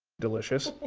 delicious.